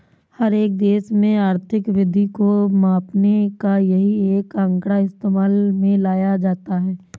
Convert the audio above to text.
हर एक देश में आर्थिक वृद्धि को मापने का यही एक आंकड़ा इस्तेमाल में लाया जाता है